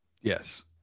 Yes